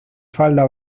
falda